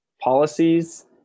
policies